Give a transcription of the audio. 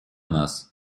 нас